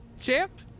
Champ